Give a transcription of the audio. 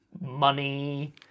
money